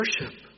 worship